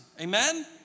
Amen